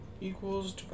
Equals